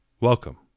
Welcome